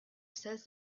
says